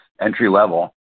entry-level